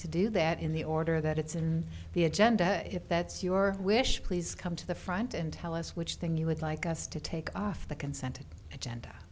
to do that in the order that it's in the agenda if that's your wish please come to the front and tell us which thing you would like us to take off the consent agenda